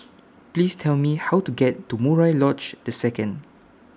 Please Tell Me How to get to Murai Lodge The Second